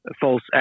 false